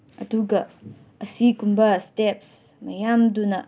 ꯑꯗꯨꯒ ꯑꯁꯤꯒꯨꯝꯕ ꯏꯁꯇꯦꯞꯁ ꯃꯌꯥꯝꯗꯨꯅ